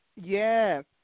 yes